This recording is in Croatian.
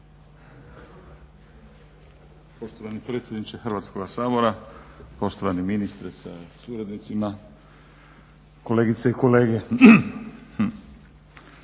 Poštovani predsjedniče Hrvatskoga sabora, poštovani ministre sa suradnicima, kolegice i kolege.